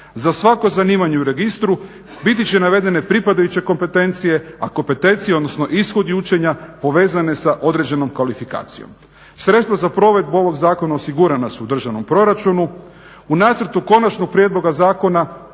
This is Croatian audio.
Za svako zanimanje u registru biti će navedene pripadajuće kompetencije, a kompetencije odnosno ishodi učenja povezane sa određenom kvalifikacijom. Sredstva za provedbu ovog zakona osigurana su u državnom proračunu. U nacrtu konačnog prijedloga zakona